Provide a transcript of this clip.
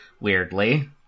weirdly